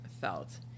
felt